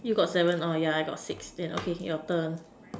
you got seven oh yeah I got six then okay your turn